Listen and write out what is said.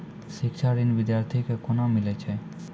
शिक्षा ऋण बिद्यार्थी के कोना मिलै छै?